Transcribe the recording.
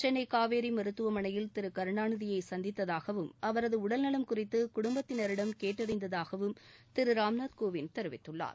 சென்னை காவேரி மருத்துவமனையில் திரு கருணாநிதியை சந்தித்ததாகவும் அவரது உடல்நலம் குறித்து குடும்பத்தினரிடம் கேட்டறிந்ததாகவும் திரு ராம்நாத் கோவிந்த் தெரிவித்துள்ளார்